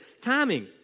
timing